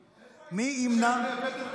איפה הייתם כשהבאתם את חוק הדיינים?